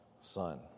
son